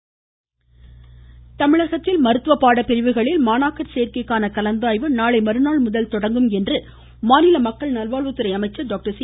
விஜயபாஸ்கர் தமிழகத்தில் மருத்துவ பாடப்பிரிவுகளில் மாணாக்கர் சேர்க்கைக்கான கலந்தாய்வு நாளைமறுநாள்முதல் தொடங்கும் என்று மாநில மக்கள் நல்வாழ்வுத்துறை அமைச்சர் டாக்டர் சி